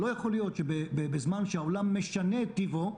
לא יכול להיות שבזמן שהעולם משנה את טיבו,